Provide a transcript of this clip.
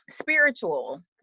spiritual